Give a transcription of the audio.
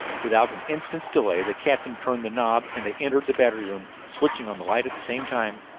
without an instant's delay the captain turned the knob and they entered the battery room, switching on the light at the same time.